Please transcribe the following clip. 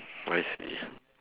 I see